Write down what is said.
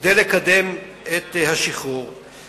כדי לקדם את שחרורו של פולארד.